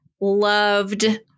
loved